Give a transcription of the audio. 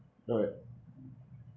alright